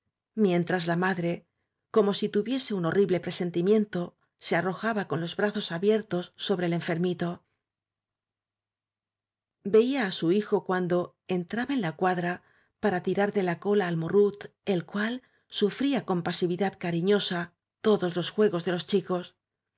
mientras la madre como si tuvie se un horrible presen timiento se arro jaba con los bra zos abiertos so bre el enfermito veía á su hijo cuando en traba en la cuadra para tirar de la cola al morrut el cual sufría con pasividad cariñosa todos los juegos de los chicos